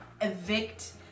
evict